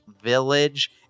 Village